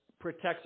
protects